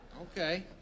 okay